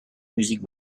musique